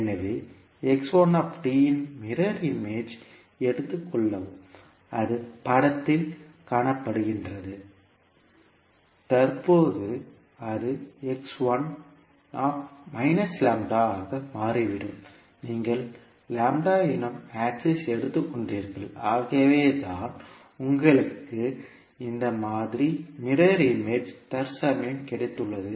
எனவே இன் mirror image எடுத்துக் கொள்ளவும் அது படத்தில் காணப்படுகின்றது தற்போது அது ஆக மாறிவிடும் நீங்கள் என்னும் ஆக்சிஸ் எடுத்துக் கொண்டீர்கள் ஆகவேதான் உங்களுக்கு இந்த மாதிரி மிரர் இமேஜ் தற்சமயம் கிடைத்துள்ளது